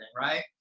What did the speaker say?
Right